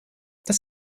das